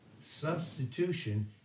substitution